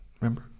remember